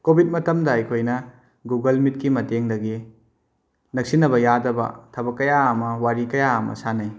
Covid ꯃꯇꯝꯗ ꯑꯩꯈꯣꯏꯅ Google ꯃꯤꯠꯀꯤ ꯃꯇꯦꯡꯗꯒꯤ ꯅꯛꯁꯤꯟꯅꯕ ꯌꯥꯗꯕ ꯊꯥꯕꯛ ꯀꯌꯥ ꯑꯃ ꯋꯥꯔꯤ ꯀꯌꯥ ꯑꯃ ꯁꯥꯟꯅꯩ